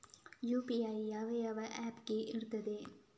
UPI ಯಾವ ಯಾವ app ಗೆ ಇರ್ತದೆ?